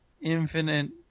infinite